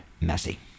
messy